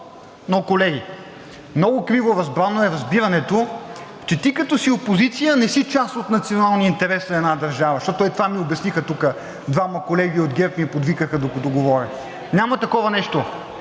но колеги, много криворазбрано е разбирането, че ти като си опозиция не си част от националния интерес на една държава, защото това ми обясниха тук – двама колеги от ГЕРБ ми подвикваха, докато говоря. Няма такова нещо.